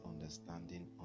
understanding